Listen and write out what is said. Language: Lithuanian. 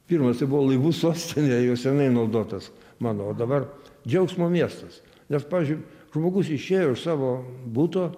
pirmas tai buvo laivų sostinė jau senai naudotas mano o dabar džiaugsmo miestas nes pavyzdžiui žmogus išėjo iš savo buto